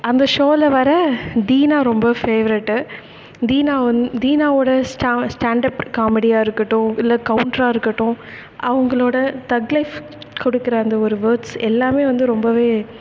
அந்த ஷோவில் வர தீனா ரொம்ப ஃபேவரெட்டு தீனா வந்து தீனாவோட ஸ்டாங் ஸ்டாண்டப் காமெடியாக இருக்கட்டும் இல்லை கவுண்டரா இருக்கட்டும் அவங்களோட தக் லைஃப் கொடுக்குற அந்த ஒரு வேர்ட்ஸ் எல்லாமே வந்து ரொம்பவே